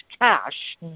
cash